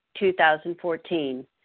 2014